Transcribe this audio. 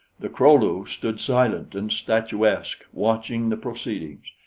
the kro-lu stood silent and statuesque, watching the proceedings.